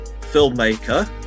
filmmaker